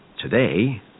Today